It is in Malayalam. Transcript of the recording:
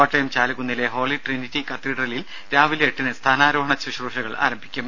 കോട്ടയം ചാലുകുന്നിലെ ഹോളി ട്രിനിറ്റി കത്തീഡ്രലിൽ രാവിലെ എട്ടിന് സ്ഥാനാരോഹണ ശുശ്രൂഷകൾ ആരംഭിക്കും